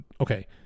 Okay